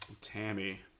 Tammy